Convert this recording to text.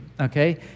Okay